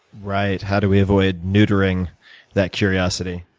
right. how do we avoid neutering that curiosity